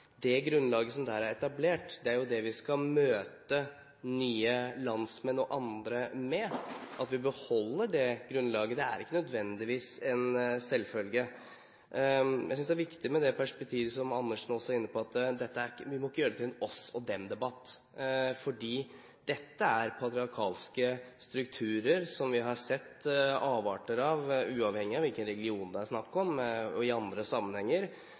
det grunnlaget som er etablert der, er det vi skal møte nye landsmenn og andre med. Det er viktig at vi beholder det grunnlaget. Det er ikke nødvendigvis en selvfølge. Jeg synes det er viktig med det perspektivet som Andersen også er inne på, at vi ikke må gjøre dette til en oss-og-dem-debatt, for dette er patriarkalske strukturer som vi har sett avarter av, uavhengig av hvilken religion det er snakk om, eller i andre sammenhenger.